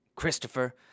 Christopher